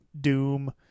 Doom